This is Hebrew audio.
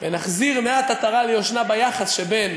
ונחזיר מעט עטרה ליושנה ביחס שבין